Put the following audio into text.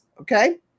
okay